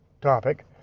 topic